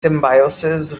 symbiosis